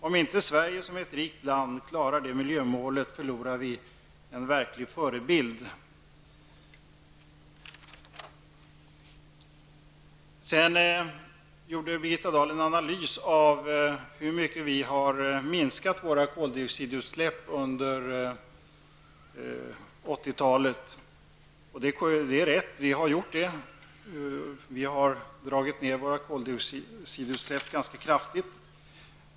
Om inte Sverige som ett rikt land klarar det miljömålet, förlorar vi en verklig förebild.'' Birgitta Dahl gjorde en analys av hur mycket vi har minskat våra koldioxidutsläpp under 1980-talet. Det är riktigt att vi dragit ned våra koldioxidutsläpp ganska kraftigt.